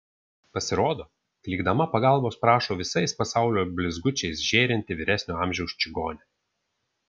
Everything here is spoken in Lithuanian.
pasirodo klykdama pagalbos prašo visais pasaulio blizgučiais žėrinti vyresnio amžiaus čigonė